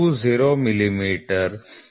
020 millimetre